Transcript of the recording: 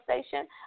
station